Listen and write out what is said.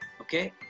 okay